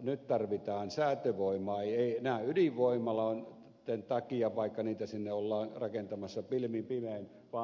nyt tarvitaan säätövoimaa ei enää ydinvoimaloitten takia vaikka niitä sinne ollaan rakentamassa pilvin pimein vaan tuulivoiman takia